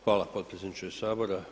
Hvala potpredsjedniče Sabora.